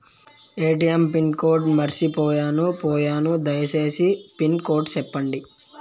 ATM pin code మర్చిపోయాను పోయాను దయసేసి పిన్ కోడ్ సెప్పండి?